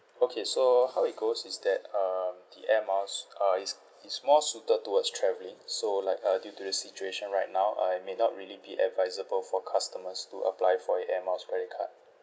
okay so how it goes is that um the air miles uh it's it's more suited towards travelling so like uh due to the situation right now uh it may not really be advisable for customers to apply for the air miles credit card